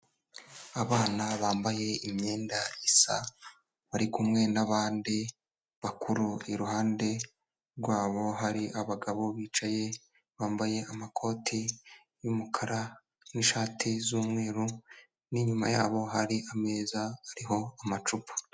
Abana bambaye imyenda isa bari kumwe n'abandi bakuru iruhande rwabo hari abagabo bicaye bambaye amakoti y'umukara n'ishati z'mweru inyuma yabo hari ameza ariho amacupa.